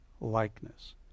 likeness